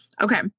Okay